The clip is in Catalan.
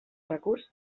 recurs